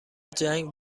جنگ